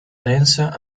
densa